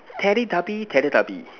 teletubbies teletubbies